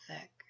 thick